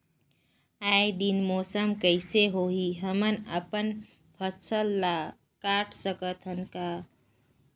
आय दिन मौसम कइसे होही, हमन अपन फसल ल काट सकत हन का?